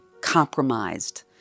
compromised